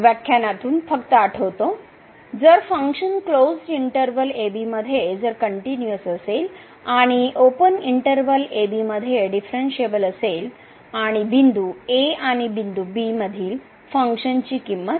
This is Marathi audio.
तर जर फंक्शन क्लोज्ड इंटर्वल ab मध्ये जर कनट्यु निअस असेल आणि ओपन इंटर्वल ab मध्ये डीफरनशिएबल असेल आणि बिंदू a आणि बिंदू b मधील फंक्शनची किंमत